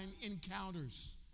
encounters